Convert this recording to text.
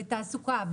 בתעסוקה,